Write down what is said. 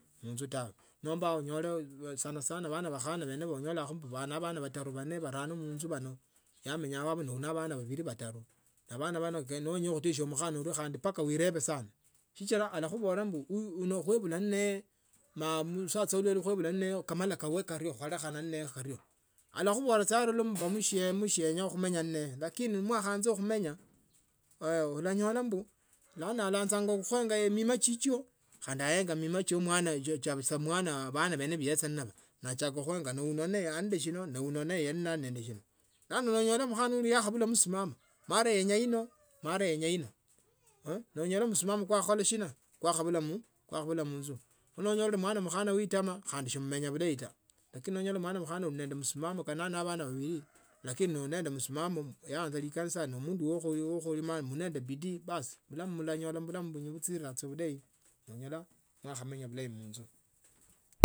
Khakachila vonyela okhukolukha. kho niwenya khuteshia omukhasi, okhave shindu sho khuranga akhava omukhasi we tamaa ta, shakhavili, wenge avevusi vave vae avandu va eshima, shakhataru ave omukhasi anyela khutsya mukanisa. Mani alondanga amakhuva ke likanisa vulayi vyene, shikali ombu khutsitsa tsa mukanisa ta, ma awundi otsitsatsamo tsa mbiri na solondanga amakhuva ke ebible, okholanga. Nonyola omukhasi unyela okhutsya, mukanisa. Mukhasi unyela okhuraka etsifwa. omukhasi wa nyina- mwana nomba samwana, anyela okhukhwa oluyali. akhuricognise kweli wateshia mwana wuwi. Owenoyo niye omukhasi wonyela khumenya ninaye. Lakini nova nova. kwa mfano mshiri kate khwanza khumenya ninaye, niwikhalakho kidogo onyola esimu. rumirakho tsishilinji mia tato, onyola emessege rumirakho mia tano, wo rumirakho sijui, nonyola mukhana we tabia kama irio nomanya tsa. wuno kata nerera munzu wuno mbaka nembula amapesa shikhwitsa khumenya ninaye vulayi tawe. Kho, nokhava mwana mukhana nomba nokhava wokhuteshia. oenganga mundu ulinende heshima, mundu wachama likanisa, ne mundu wa ingo wavo wenye wenye khuteshe nomba wenya wuwenya khuteshela, ino na vandu vali nende luyali vaasi ondi witsakhunyola ni mumenyanga vulayi na maisha kenyu kolukhasi ketsa khuva amalayi, lakini nokhava vene vakhana vene valinetsitamaa vano hoo kidogo nenya khutsiayi nenyakhutsiayi nenya mbu lano kata sheteshi onyala khunyolambu mukhana somenya ninaye munzu.